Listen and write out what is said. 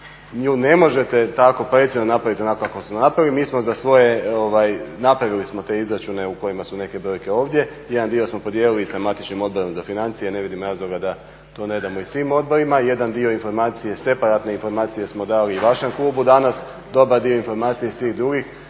ne možete tako precizno napraviti onako kako … napravili. Mi smo za svoje napravili smo te izračune u kojima su neke brojke ovdje, jedan dio smo podijelili sa matičnim Odborom za financije, ne vidim razloga da to ne damo i svim odborima, jedan dio informacije separatne informacije smo dali i vašem klubu danas, dobar dio informacija i svih drugih